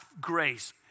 grace